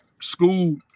school